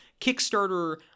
Kickstarter